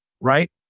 Right